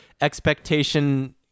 expectation